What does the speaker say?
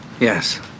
Yes